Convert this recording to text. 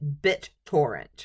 BitTorrent